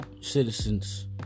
citizens